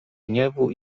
gniewu